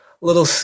little